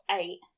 eight